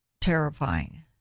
terrifying